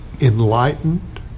enlightened